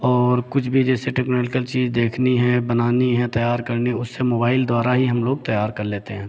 और कुछ भी जैसे टेकनिकल चीज़ देखनी हैं बनानी हैं तैयार करनी उससे मोबाइल द्वारा ही हम लोग तैयार कर लेते हैं